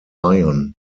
ion